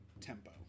tempo